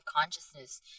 consciousness